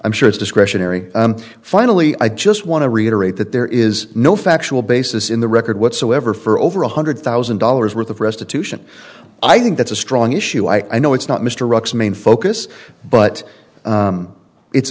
i'm sure it's discretionary finally i just want to reiterate that there is no factual basis in the record whatsoever for over one hundred thousand dollars worth of restitution i think that's a strong issue i know it's not mr rock's main focus but it's